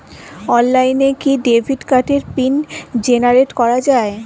অনলাইনে কি ডেবিট কার্ডের পিন জেনারেট করা যায়?